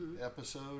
episode